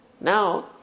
Now